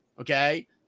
Okay